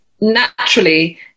naturally